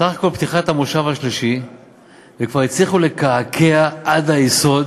סך הכול פתיחת המושב השלישי וכבר הצליחו לקעקע עד היסוד